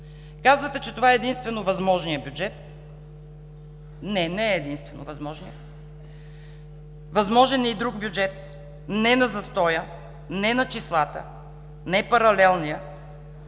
Казвате, че това е единствено възможният бюджет. Не! Не е единствено възможният! Възможен е и друг бюджет, не на застоя, не на числата, не паралелния,